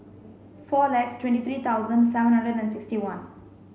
four lakhs twenty three thousand seven hundred and sixty one